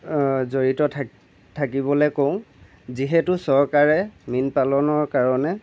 জড়িত থাকিবলৈ কওঁ যিহেতু চৰকাৰে মীন পালনৰ কাৰণে